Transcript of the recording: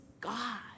God